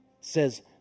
says